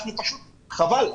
חבל,